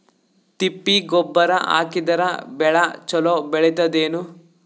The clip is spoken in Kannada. ತಿಪ್ಪಿ ಗೊಬ್ಬರ ಹಾಕಿದರ ಬೆಳ ಚಲೋ ಬೆಳಿತದೇನು?